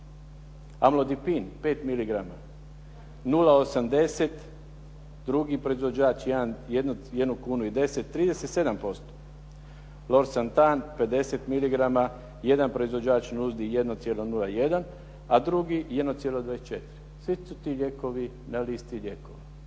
Amlodipin 5 miligrama 0,80, drugi proizvođač 1,10 kuna, 37%. Lovsantan 50 miligrama, jedan proizvođač nudi 1,01, a drugi 1,24. Svi su ti lijekovi na listi lijekova.